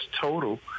total